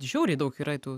žiauriai daug yra tų